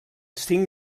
cinc